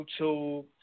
YouTube